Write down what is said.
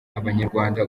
abanyarwanda